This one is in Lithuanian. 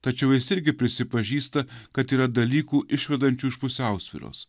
tačiau jis irgi prisipažįsta kad yra dalykų išvedančių iš pusiausvyros